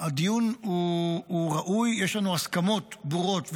הדיון הוא ראוי, יש לנו הסכמות ברורות.